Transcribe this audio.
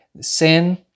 sin